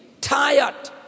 tired